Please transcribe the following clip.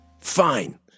Fine